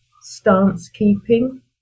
stance-keeping